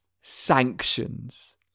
Sanctions